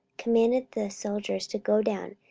commanded the soldiers to go down,